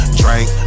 drink